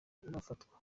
bafatwa